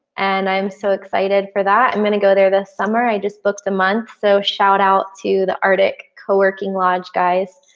and i'm so excited for that. i'm going to go there this summer. i just booked a month. so shout out to the arctic co-working lodge guys.